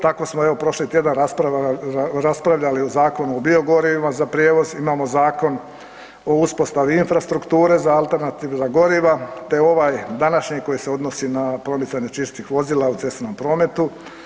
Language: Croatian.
Tako smo evo prošli tjedan raspravljali o Zakonu o biogorivima za prijevoz, imamo Zakon o uspostavi infrastrukture za alternativna goriva te ovaj današnji koji se odnosi na promicanje čistih vozila u cestovnom prometu.